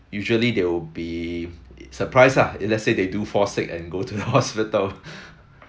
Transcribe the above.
usually they will be surprised lah if let's say they do fall sick and go to the hospital